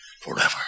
forever